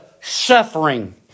suffering